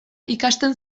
ikasten